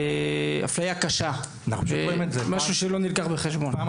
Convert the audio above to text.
אפליה קשה וזה משהו שלא נלקח בחשבון.